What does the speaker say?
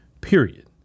period